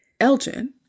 Elgin